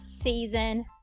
season